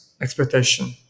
expectation